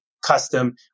custom